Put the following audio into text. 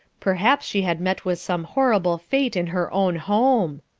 perhaps she had met with some horrible fate in her own home.